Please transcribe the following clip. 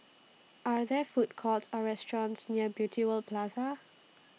Are There Food Courts Or restaurants near Beauty World Plaza